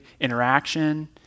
interaction